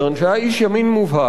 שהיה איש ימין מובהק,